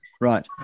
right